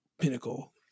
pinnacle